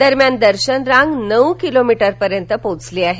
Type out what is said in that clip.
दरम्यान दर्शन रांग नऊ किलोमीटर पर्यंत पोहोचली आहे